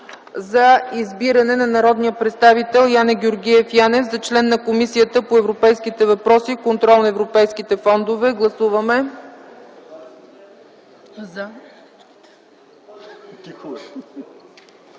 за избиране на народния представител Яне Георгиев Янев за член на Комисията по европейските въпроси и контрол на европейските фондове. Гласували 118 народни